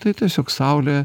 tai tiesiog saulė